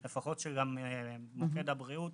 לפחות שמוקד הבריאות